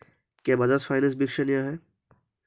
क्या बजाज फाइनेंस विश्वसनीय है?